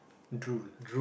drool